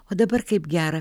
o dabar kaip gera